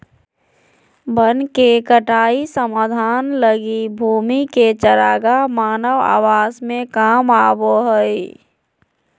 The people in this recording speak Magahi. वन के कटाई समाधान लगी भूमि के चरागाह मानव आवास में काम आबो हइ